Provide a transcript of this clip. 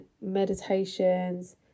meditations